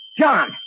John